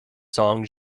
song